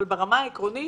אבל ברמה העקרונית